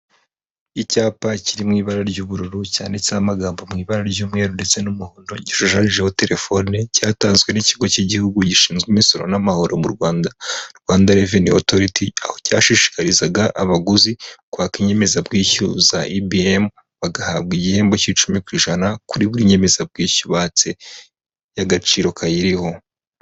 Icyapa kiri mu ibara ry'ubururu, cyanditseho amagambo mu ibara ry'umweru ndetse n'umuhondo, gishushanyijeho terefone, cyatanzwe n'ikigo cy'igihugu gishinzwe imisoro n'amahoro mu Rwanda, Rwanda Reveni Otoriti, aho cyashishikarizaga abaguzi kwaka inyemezabwishyu za IBM, bagahabwa igihembo cy'icumi ku ijana, kuri buri nyemezabwishyu batse y'agaciro kayiriho.